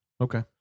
okay